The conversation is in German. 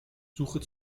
suche